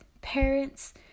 parents